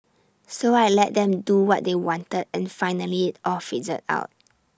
so I let them do what they wanted and finally IT all fizzled out